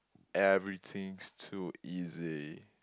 everything's too easy